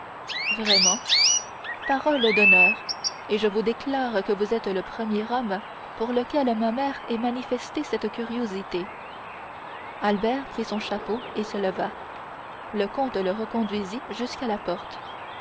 vraiment parole d'honneur et je vous déclare que vous êtes le premier homme pour lequel ma mère ait manifesté cette curiosité albert prit son chapeau et se leva le comte le reconduisit jusqu'à la porte